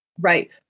Right